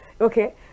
okay